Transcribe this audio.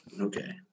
okay